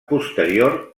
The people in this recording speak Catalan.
posterior